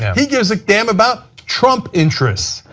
he gives a damn about trump interest.